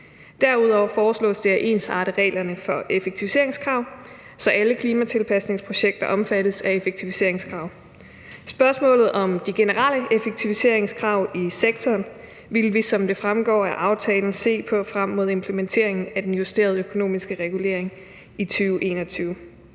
Derudover foreslås det at ensarte reglerne for effektiviseringskrav, så alle klimatilpasningsprojekter omfattes af effektiviseringskrav. Spørgsmålet om de generelle effektiviseringskrav i sektoren vil vi, som det fremgår af aftalen, se på frem mod implementeringen af den justerede økonomiske regulering i 2021.